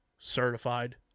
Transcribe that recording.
Certified